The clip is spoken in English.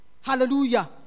Hallelujah